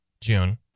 June